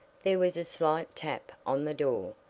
there was a slight tap on the door,